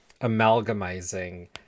amalgamizing